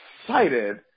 excited